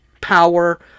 power